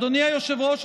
אדוני היושב-ראש,